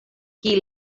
qui